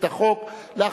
(איסור סיוע) (הוראות שעה) (תיקון מס'